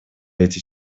эти